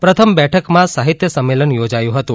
પ્રથમ બેઠકમાં સાહિત્ય સંમેલન યોજાયું હતું